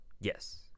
Yes